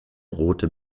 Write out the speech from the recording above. rote